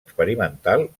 experimental